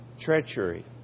Treachery